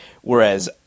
whereas